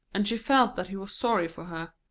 and she felt that he was sorry for her.